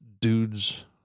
dudes